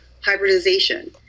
Hybridization